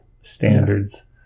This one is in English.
standards